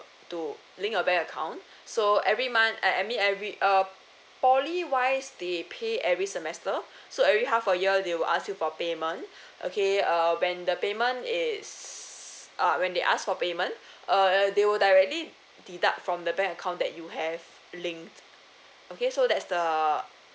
to link your bank account so every month uh I mean every uh poly wise they pay every semester so every half a year they will ask you for payment okay err when the payment is err when they ask for payment err they will directly deduct from the bank account that you have linked okay so that's the